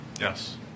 Yes